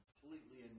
completely